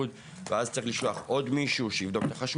אז יש לה סכום שהיא לא יכולה לקנות איתו דירה.